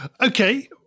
Okay